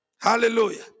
hallelujah